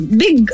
big